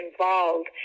involved